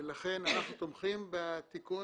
אנחנו תומכים בתיקון